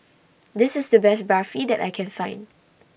This IS The Best Barfi that I Can Find